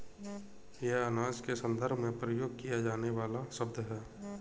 यह अनाज के संदर्भ में प्रयोग किया जाने वाला शब्द है